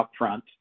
upfront